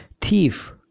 thief